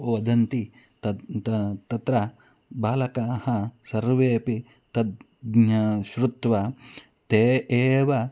वदन्ति तत्र बालकाः सर्वेऽपि तद् ज्ञात्वा श्रुत्वा ते एव